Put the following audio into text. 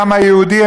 העם היהודי,